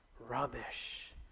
rubbish